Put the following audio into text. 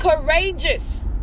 courageous